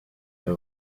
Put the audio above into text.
der